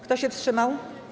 Kto się wstrzymał?